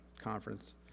conference